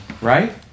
Right